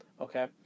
okay